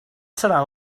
seran